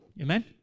Amen